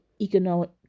economic